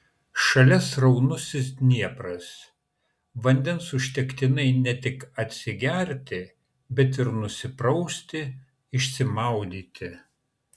šalia sraunusis dniepras vandens užtektinai ne tik atsigerti bet ir nusiprausti išsimaudyti